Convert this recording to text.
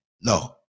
No